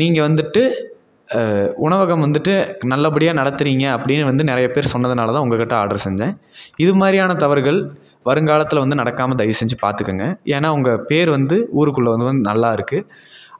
நீங்கள் வந்துட்டு உணவகம் வந்துட்டு நல்லபடியாக நடத்துகிறீங்க அப்படின்னு வந்து நிறைய பேர் சொன்னதுனால் தான் உங்கள் கிட்டே ஆர்டரு செஞ்சேன் இது மாதிரியான தவறுகள் வருங்காலத்தில் வந்து நடக்காமல் தயவு செஞ்சு பார்த்துக்கங்க ஏன்னால் உங்கள் பேர் வந்து ஊருக்குள்ளே வந்து வந் நல்லாயிருக்கு